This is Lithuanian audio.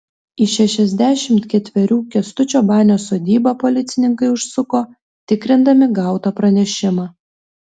į šešiasdešimt ketverių kęstučio banio sodybą policininkai užsuko tikrindami gautą pranešimą